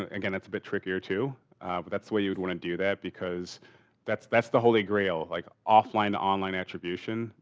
again, it's a bit trickier, too, but that's what you would want to do that because that's that's the holy grail. like offline the online attribution,